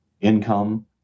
income